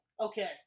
Okay